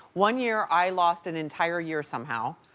one year, i lost an entire year somehow,